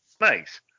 Nice